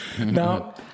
Now